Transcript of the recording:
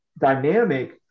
dynamic